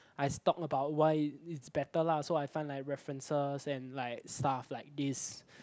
I stalk about why it's better lah so I find like references and like stuff like this